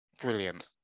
brilliant